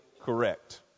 correct